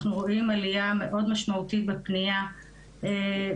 אנחנו רואים עלייה מאוד משמעותית בפנייה באופן